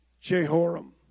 Jehoram